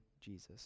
Jesus